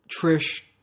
Trish